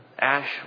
Ash